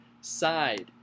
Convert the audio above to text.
side